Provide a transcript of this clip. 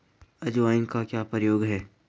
अजवाइन का क्या प्रयोग है?